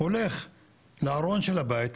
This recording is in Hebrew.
הוא הולך לארון של הבית,